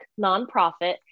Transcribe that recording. nonprofit